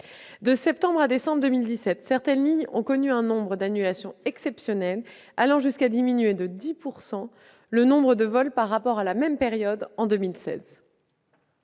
De septembre à décembre 2017, certaines lignes ont ainsi connu un nombre d'annulations exceptionnel, allant jusqu'à diminuer de 10 % le nombre de vols réalisés par rapport à la même période en 2016.